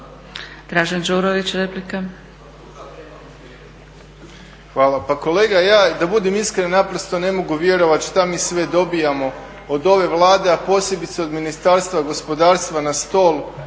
Dražen Đurović, replika.